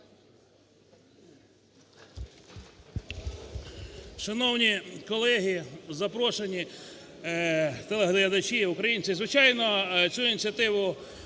Шановні колеги, запрошені, телеглядачі, українці! Звичайно, цю ініціативу